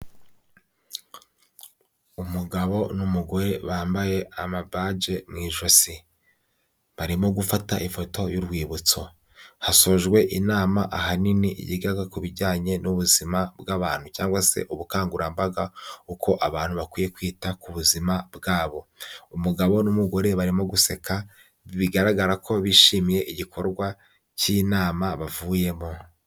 Umugabo n'umugore bambaye amabaje mu ijosi. Barimo gufata ifoto y'urwibutso. Hasojwe inama ahanini yigaga ku bijyanye n'ubuzima bw'abantu, cyangwa se ubukangurambaga, uko abantu bakwiye kwita ku buzima bwabo. Umugabo n'umugore barimo guseka, bigaragara ko bishimiye igikorwa cy'inama, bavuyemo.